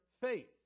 faith